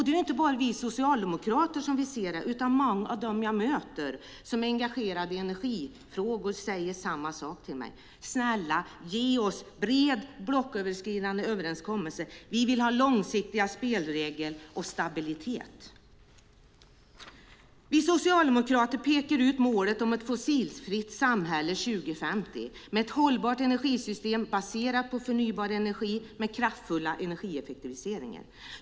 Det är inte bara vi socialdemokrater som vill se det, utan många av dem jag möter som är engagerade i energifrågor säger samma sak till mig: Snälla, ge oss en bred blocköverskridande överenskommelse. Vi vill ha långsiktiga spelregler och stabilitet. Vi socialdemokrater pekar ut målet om ett fossilfritt samhälle 2050 med ett hållbart energisystem baserat på förnybar energi med kraftfull energieffektivisering.